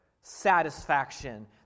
satisfaction